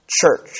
church